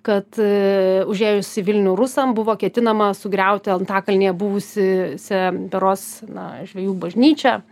kad užėjus į vilnių rusam buvo ketinama sugriauti antakalnyje buvusį sią berods na žvejų bažnyčią